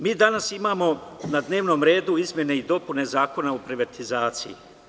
Mi danas imamo na dnevnom redu izmene i dopune Zakona o privatizaciji.